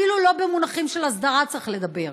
אפילו לא במונחים של הסדרה צריך לדבר,